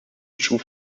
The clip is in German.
schuf